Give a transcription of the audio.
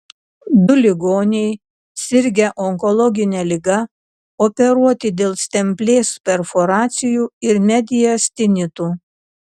du ligoniai sirgę onkologine liga operuoti dėl stemplės perforacijų ir mediastinitų